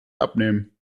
abnehmen